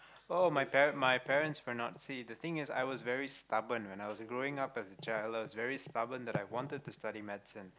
oh my parents my parents will not see the thing is I was very stubborn when I was growing up as a child I was very stubborn that I wanted to study medicine